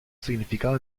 significado